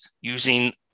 using